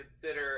consider